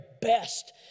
best